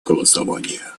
голосования